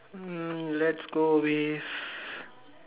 um let's go with